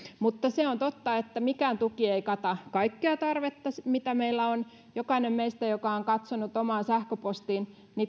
se on totta että mikään tuki ei kata kaikkea tarvetta mitä meillä on jokainen meistä joka on katsonut omaan sähköpostiin